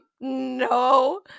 no